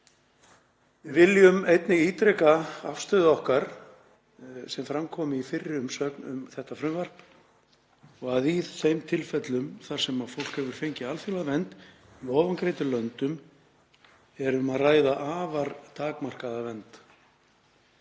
Við viljum einnig ítreka afstöðu okkar sem fram kom í fyrri umsögn um þetta frumvarp að í þeim tilfellum þar sem fólk hefur fengið alþjóðlega vernd í ofangreindum löndum er um að ræða afar takmarkaða vernd.“